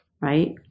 right